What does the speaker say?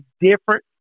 different